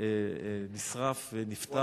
נשרף ונפטר.